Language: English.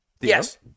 Yes